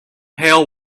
pail